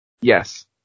Yes